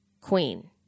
queen